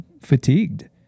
fatigued